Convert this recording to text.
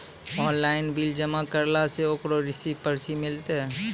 Online bill जमा करला से ओकरौ रिसीव पर्ची मिलतै?